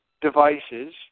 devices